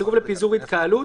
סירוב לפיזור התקהלות,